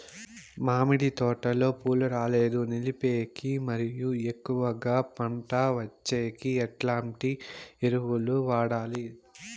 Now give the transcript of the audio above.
మామిడి తోటలో పూలు రాలేదు నిలిపేకి మరియు ఎక్కువగా పంట వచ్చేకి ఎట్లాంటి ఎరువులు వాడాలి?